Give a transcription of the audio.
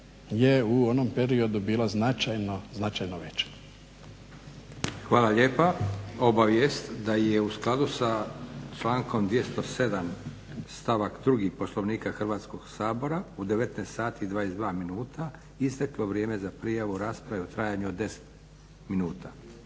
je u onom periodu bila značajno veća. **Leko, Josip (SDP)** Hvala lijepa. Obavijest, da je u skladu sa člankom 207.stavak 2. Poslovnika Hrvatskog sabora u 19,22 isteklo vrijeme za prijavu rasprave u trajanju od 10 minuta.